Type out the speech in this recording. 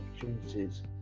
opportunities